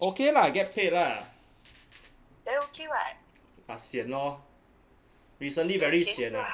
okay lah get paid lah but sian lor recently very sian eh